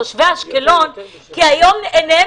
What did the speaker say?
בואו לא ניקח את אשקלון כבת ערובה,